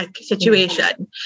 situation